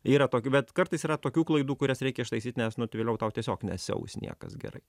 yra tokių bet kartais yra tokių klaidų kurias reikia ištaisyt nes nu vėliau tau tiesiog nesiaus niekas gerai